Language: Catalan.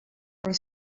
per